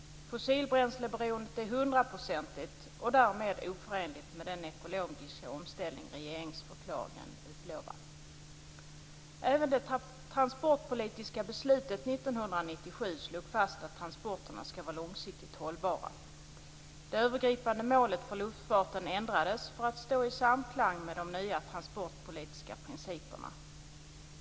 Fossilbränsleberoendet är hundraprocentigt och därmed oförenligt med den ekologiska omställning som regeringsförklaringen utlovar. Även i det transportpolitiska beslutet 1997 slogs fast att transporterna skall vara långsiktigt hållbara. Det övergripande målet för luftfarten ändrades för att stå i samklang med de nya transportpolitiska principerna.